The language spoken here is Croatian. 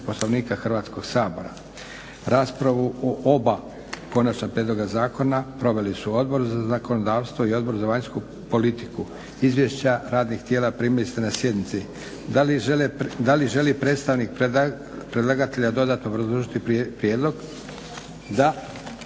Poslovnika Hrvatskog sabora. Raspravu o oba konačna prijedloga zakona proveli su Odbor za zakonodavstvo i Odbor za vanjsku politiku. Izvješća radnih tijela primili ste na sjednici. Da li želi predstavnik predlagatelja dodatno obrazložiti prijedlog? Da.